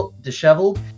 disheveled